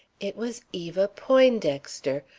it was eva poindexter,